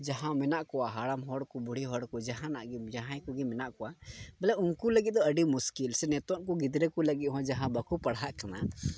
ᱡᱟᱦᱟᱸ ᱢᱮᱱᱟᱜ ᱠᱚᱣᱟ ᱦᱟᱲᱟᱢ ᱦᱚᱲ ᱠᱚ ᱵᱩᱲᱦᱤ ᱦᱚᱲ ᱡᱟᱦᱟᱱᱟᱜ ᱜᱮ ᱡᱟᱦᱟᱸᱭ ᱠᱚᱜᱮ ᱢᱮᱱᱟᱜ ᱠᱚᱣᱟ ᱵᱞᱮ ᱩᱱᱠᱩ ᱞᱟᱹᱜᱤᱫ ᱫᱚ ᱟᱹᱰᱤ ᱢᱩᱥᱠᱤᱞ ᱥᱮ ᱱᱤᱛᱚᱜ ᱠᱚ ᱜᱤᱫᱽᱨᱟᱹ ᱠᱚ ᱞᱟᱹᱜᱤᱫ ᱦᱚᱸ ᱡᱟᱦᱟᱸ ᱫᱚᱠᱚ ᱯᱟᱲᱦᱟᱜ ᱠᱟᱱᱟ